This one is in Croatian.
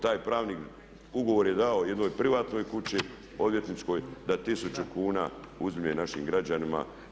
Taj pravnik ugovor je dao jednoj privatnoj kući odvjetničkoj da tisuću kuna uzme našim građanima.